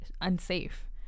unsafe